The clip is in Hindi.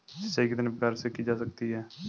सिंचाई कितने प्रकार से की जा सकती है?